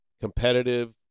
competitive